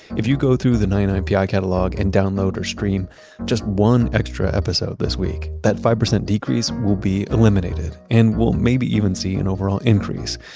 if you go through the ninety nine pi catalog and download or stream just one extra episode this week, that five percent decrease will be eliminated and we'll maybe even see an overall increase.